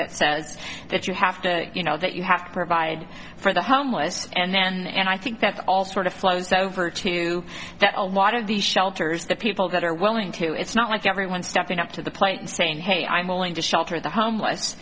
that says that you have to you know that you have to provide for the homeless and then and i think that all sort of flows over to that a lot of the shelters the people that are willing to it's not like everyone stepping up to the plate and saying hey i'm willing to shelter the homeless